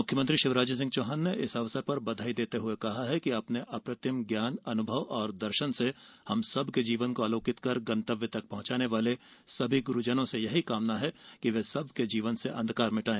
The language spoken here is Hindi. मुख्यमंत्री शिवराज सिंह चौहान ने इस अवसर पर बधाई देते हुए कहा है कि अपने अप्रतिम ज्ञान अनुभव और दर्शन से हम सबके जीवन को आलोकित कर गतंव्य तक पहुंचाने वाले सभी गुरूजनों से यही कामना है कि वे सबके जीवन से अंधकार मिटे